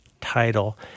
title